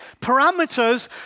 parameters